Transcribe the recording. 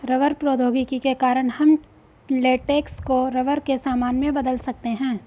rubber प्रौद्योगिकी के कारण हम लेटेक्स को रबर के सामान में बदल सकते हैं